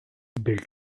built